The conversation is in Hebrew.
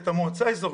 את המועצה האזורית,